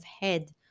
head